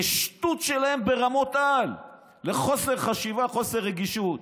שטות שלהם ברמות-על, חוסר חשיבה וחוסר רגישות.